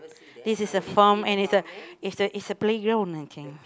this is a farm and it's a it's a it's a playground I think